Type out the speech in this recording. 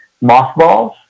mothballs